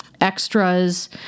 extras